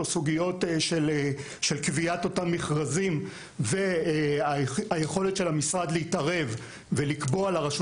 או סוגיות של קביעת אותם מכרזים והיכולת של המשרד להתערב ולקבוע לרשות